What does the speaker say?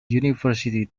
university